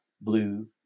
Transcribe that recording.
blue